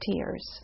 tears